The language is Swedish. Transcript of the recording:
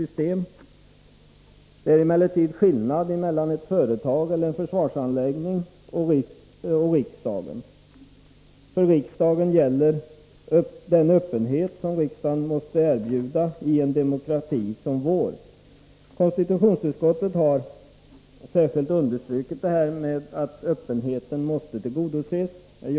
Det är emellertid skillnad mellan ett företag eller en försvarsanläggning och riksdagen. Här gäller den öppenhet som riksdagen måste erbjuda i en demokrati som vår. Konstitutionsutskottet har särskilt understrukit att öppenheten måste tillgodoses.